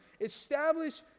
Establish